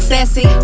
Sassy